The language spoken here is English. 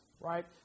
right